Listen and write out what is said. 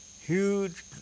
huge